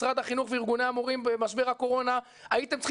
משרד החינוך וארגוני המורים במשבר הקורונה הייתם צריכים